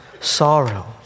sorrow